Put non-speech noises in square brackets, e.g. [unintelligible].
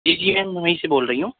پی G M [unintelligible] سے بول رہی ہوں